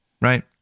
right